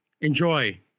Enjoy